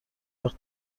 وقت